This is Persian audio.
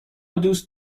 دوست